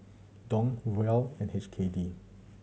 Dong Riel and H K D